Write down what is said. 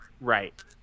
right